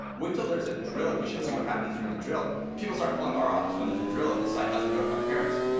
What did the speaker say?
wait til there's a drill. you should see what happens during the drill. people start calling our office when there's a drill and the site hasn't notified parents.